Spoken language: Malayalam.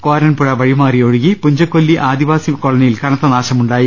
കോരൻപുഴ വഴിമാറിയൊഴുകി പുഞ്ചക്കൊല്ലി ആദിവാസി കോളനിയിൽ കനത്തനാശമുണ്ടായി